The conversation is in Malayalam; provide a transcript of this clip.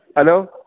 ഹലോ